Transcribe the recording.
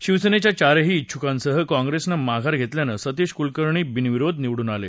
शिवसेनेच्या चारही उंछुकांसह कॉंग्रेसनंही माघार घेतल्यानं सतीश कुलकर्णी बिनविरोध निवडून आले